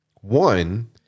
One